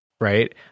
right